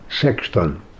sexton